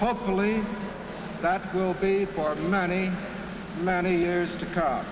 hopefully that will be for many many years to c